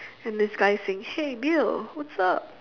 and this guy saying hey bill what's up